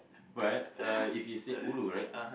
but uh if you say ulu right